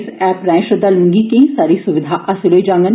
इस ऐप्प राएं श्रद्धालुएं गी केईं सारी सुविधां हासल होई जाडन